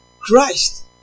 Christ